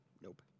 Nope